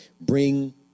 Bring